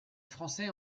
français